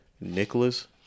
Nicholas